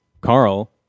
carl